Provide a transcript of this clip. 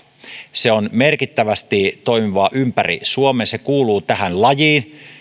se on merkittävästi toimiva ympäri suomen se kuuluu tähän lajiin